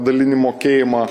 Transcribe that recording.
dalinį mokėjimą